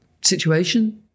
situation